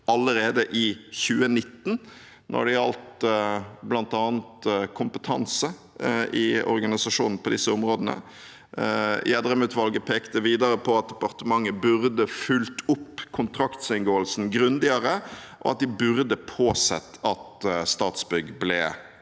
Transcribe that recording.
allerede i 2019 når det gjelder bl.a. kompetanse i organisasjonen på disse områdene. Gjedrem-utvalget pekte videre på at departementet burde fulgt opp kontraktsinngåelsen grundigere, og at de burde påsett at Statsbygg ble